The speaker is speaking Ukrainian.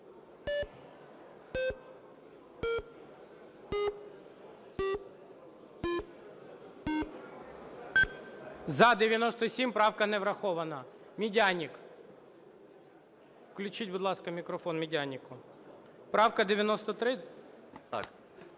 За-97 Правка не врахована. Медяник. Включіть, будь ласка, мікрофон Медянику. Правка 93?